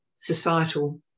societal